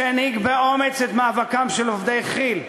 הנהיג באומץ את מאבקם של עובדי כי"ל,